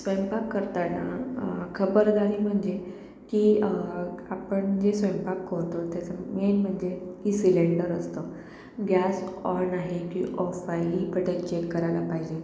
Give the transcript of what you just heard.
स्वयंपाक करताना खबरदारी म्हणजे की आपण जे स्वयंपाक करतो त्याचं मेन म्हणजे की सिलेंडर असतं गॅस ऑन की ऑफ आहे हे बटन चेक करायला पाहिजे